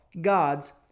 God's